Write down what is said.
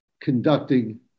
conducting